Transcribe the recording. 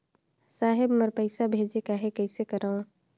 साहेब मोर पइसा भेजेक आहे, कइसे करो?